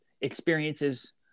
experiences